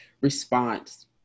response